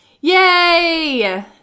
Yay